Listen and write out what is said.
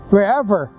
Wherever